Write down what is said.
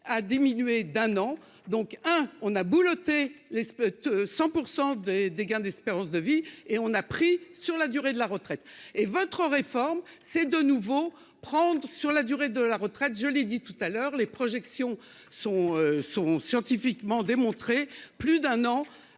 diminué d'un an donc hein on a boulotter les de 100% des des gains d'espérance de vie et on a pris sur la durée de la retraite et votre réforme c'est de nouveau prendre sur la durée de la retraite, je l'ai dit tout à l'heure les projections sont sont scientifiquement démontré. Plus d'un an